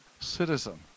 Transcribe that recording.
citizen